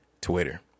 Twitter